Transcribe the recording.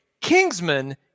Kingsman